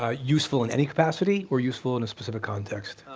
ah useful in any capacity? or useful in a specific context?